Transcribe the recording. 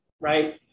right